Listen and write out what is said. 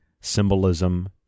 symbolism